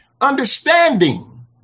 understanding